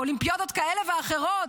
באולימפיאדות כאלה ואחרות,